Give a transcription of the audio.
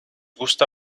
gusta